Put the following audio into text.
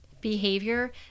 behavior